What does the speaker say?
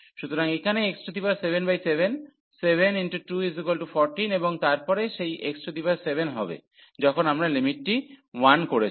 সুতরাং এখানে x77 7 × 2 14 এবং তারপরে সেই x7 হবে যখন আমরা লিমিটটি 1 করেছি